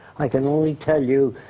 i can only tell you,